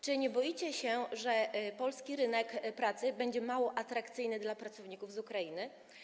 Czy nie boicie się, że polski rynek pracy będzie mało atrakcyjny dla pracowników z Ukrainy?